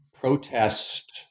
protest